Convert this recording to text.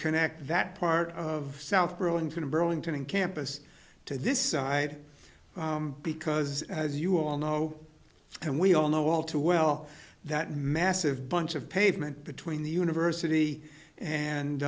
connect that part of south burlington burlington and campus to this side because as you all know and we all know all too well that massive bunch of pavement between the university and